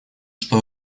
что